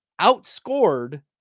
outscored